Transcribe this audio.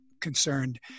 concerned